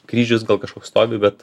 kryžius gal kažkoks stovi bet